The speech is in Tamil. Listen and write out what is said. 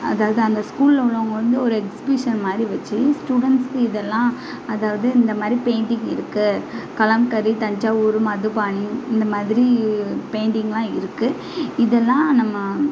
அதாவது அந்த ஸ்கூலில் உள்ளவங்க வந்து ஒரு எக்ஸ்பிஷன் மாதிரி வச்சு ஸ்டூடெண்ட்ஸுக்கு இதெல்லாம் அதாவது இந்த மாதிரி பெயிண்ட்டிங் இருக்கு கலம்கரி தஞ்சாவூரு மதுபாணி இந்த மாதிரி பெயிண்ட்டிங்லாம் இருக்கு இதெல்லாம் நம்ம